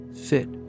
fit